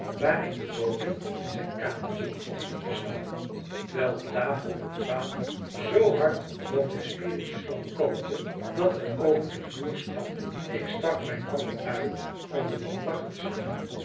waar ik den bode in zijn kamertje in diepen slaap vond terwijl op tafel het water zoo hard boven de spiritusvlam kookte dat het over den vloer spatte ik stak mijn hand uit om den man wakker te schudden